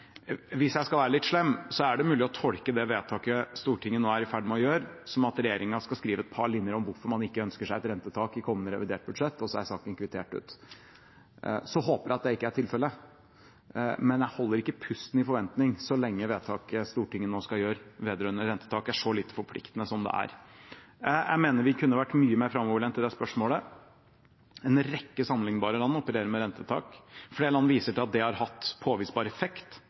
hvis jeg skal være litt slem, så er det mulig å tolke det vedtaket Stortinget nå er i ferd med å gjøre, som at regjeringen skal skrive et par linjer om hvorfor man ikke ønsker seg et rentetak i kommende revidert budsjett, og så er saken kvittert ut. Jeg håper det ikke er tilfellet, men jeg holder ikke pusten i forventning så lenge vedtaket Stortinget nå skal gjøre vedrørende rentetak, er så lite forpliktende som det er. Jeg mener vi kunne vært mye mer framoverlente i det spørsmålet. En rekke sammenlignbare land opererer med rentetak. Flere land viser til at det har hatt påvisbar effekt,